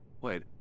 Wait